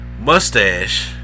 mustache